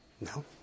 No